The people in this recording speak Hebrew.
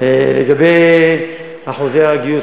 לגבי אחוזי הגיוס,